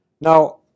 Now